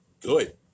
Good